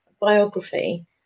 biography